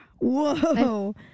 Whoa